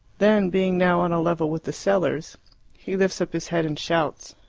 then being now on a level with the cellars he lifts up his head and shouts.